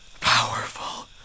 powerful